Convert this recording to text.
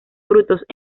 frutos